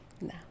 No